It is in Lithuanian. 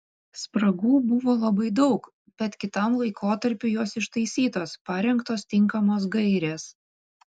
spragų buvo labai daug bet kitam laikotarpiui jos ištaisytos parengtos tinkamos gairės